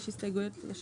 ההסתייגויות 5 נגד,